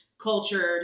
cultured